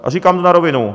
A říkám to na rovinu.